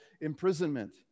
imprisonment